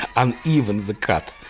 uneven the cut,